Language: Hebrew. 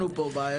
עלא כיפק.